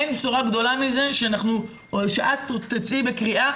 אין בשורה גדולה מזה שאת תצאי בקריאה